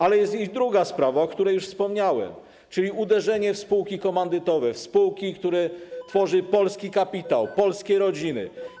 Ale jest i druga sprawa, o której już wspomniałem, czyli uderzenie w spółki komandytowe, spółki, które tworzy polski kapitał, polskie rodziny.